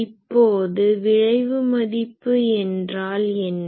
இப்போது விழைவு மதிப்பு என்றால் என்ன